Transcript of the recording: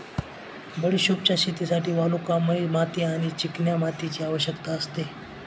बडिशोपच्या शेतीसाठी वालुकामय माती आणि चिकन्या मातीची आवश्यकता असते